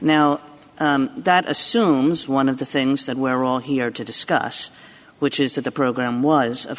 now that assumes one of the things that we're all here to discuss which is that the program was of